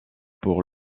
pour